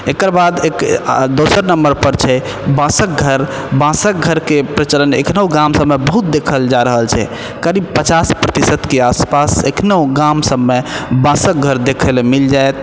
एकर बाद आ दोसर नम्बरपर छै बांसकघर बांसके घरके प्रचलन एखनो गाम सबमे बहुत देखल जा रहल छै करीब पचास प्रतिशतके आसपास एखनो गाम सबमे बांसक घर देखै लऽ मिल जाएत